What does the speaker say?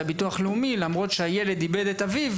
הביטוח לאומי למרות שהילד איבד את אביו,